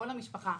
כל המשפחה,